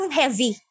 heavy